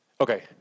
Okay